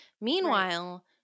Meanwhile